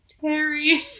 Terry